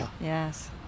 Yes